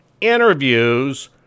interviews